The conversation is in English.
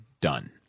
done